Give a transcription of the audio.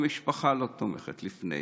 המשפחה לא תומכת לפני,